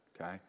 okay